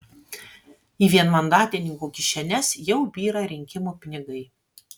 į vienmandatininkų kišenes jau byra rinkimų pinigai